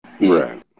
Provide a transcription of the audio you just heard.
Right